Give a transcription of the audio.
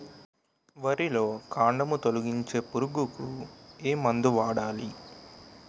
వరిలో కాండము తొలిచే పురుగుకు ఏ మందు వాడాలి?